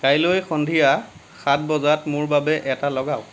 কাইলৈ সন্ধিয়া সাত বজাত মোৰ বাবে এটা লগাওক